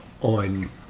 on